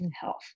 health